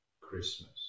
Christmas